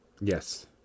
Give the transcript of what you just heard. Yes